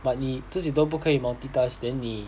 but 你自己都不可以 multitask then 你